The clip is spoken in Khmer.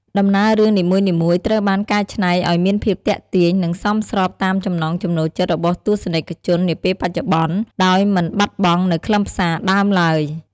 ដំណើររឿងនីមួយៗត្រូវបានកែច្នៃឲ្យមានភាពទាក់ទាញ និងសមស្របតាមចំណង់ចំណូលចិត្តរបស់ទស្សនិកជននាពេលបច្ចុប្បន្ន ដោយមិនបាត់បង់នូវខ្លឹមសារដើមឡើយ។